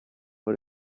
put